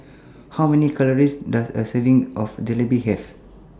How Many Calories Does A Serving of Jalebi Have